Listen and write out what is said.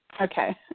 okay